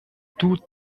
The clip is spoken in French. tout